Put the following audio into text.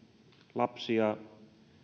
lapsia